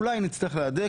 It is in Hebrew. אולי נצטרך להדק.